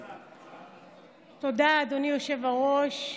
תודה, אדוני היושב-ראש.